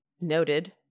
noted